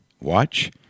watch